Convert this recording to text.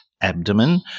abdomen